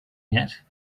yet